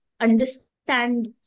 understand